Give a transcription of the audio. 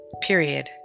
period